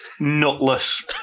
nutless